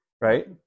right